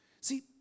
See